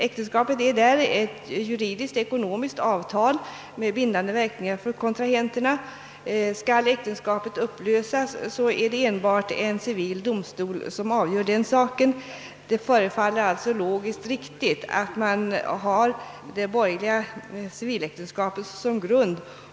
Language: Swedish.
Äktenskapet är där ett juridiskt-ekonomiskt avtal med bindande rättsverkningar för kontrahenterna. Skall äktenskapet upplösas är det enbart en civil domstol som avgör den saken. :. Det förefaller. alltså logiskt riktigt att ha. det borgerliga civiläktenskapet som grund.